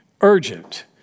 urgent